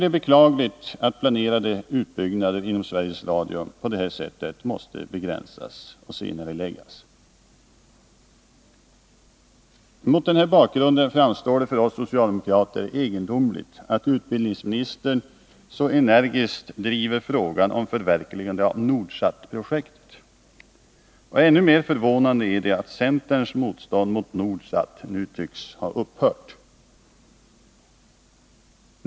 Det är beklagligt att planerade utbyggnader inom Sveriges Radio på detta sätt måste begränsas och senareläggas. Mot denna bakgrund framstår det för oss socialdemokrater egendomligt att utbildningsministern så energiskt driver frågan om förverkligande av Nordsatprojektet. Ännu mer förvånande är det att centerns motstånd mot Nordsat nu tycks ha upphört.